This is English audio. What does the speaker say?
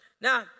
Now